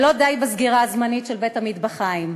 ולא די בסגירה הזמנית של בית-המטבחיים.